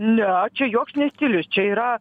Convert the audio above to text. ne čia joks ne stilius čia yra